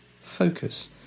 focus